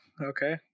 okay